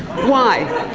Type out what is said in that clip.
why?